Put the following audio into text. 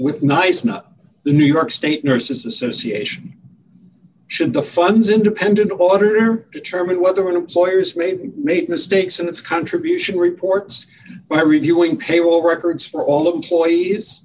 with nice not the new york state nurses association should the funds independent auditor determine whether an employer is made made mistakes in its contribution reports by reviewing payroll records for all of the